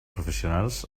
professionals